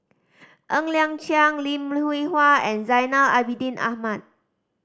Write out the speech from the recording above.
Ng Liang Chiang Lim Hwee Hua and Zainal Abidin Ahmad